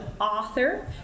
author